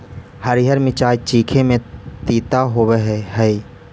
हरीअर मिचाई चीखे में तीता होब हई